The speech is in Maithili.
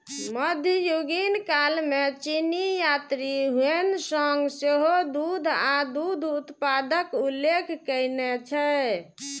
मध्ययुगीन काल मे चीनी यात्री ह्वेन सांग सेहो दूध आ दूध उत्पादक उल्लेख कयने छै